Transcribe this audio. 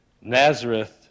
Nazareth